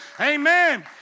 Amen